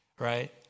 Right